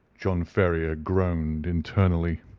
john ferrier groaned internally.